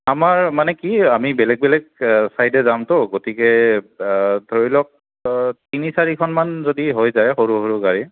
আমাৰ মানে কি আমি বেলেগ বেলেগ চাইদে যামতো গতিকে ধৰি লওক তিনি চাৰিখনমান যদি হৈ যায় সৰু সৰু গাড়ী